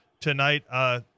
tonight